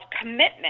commitment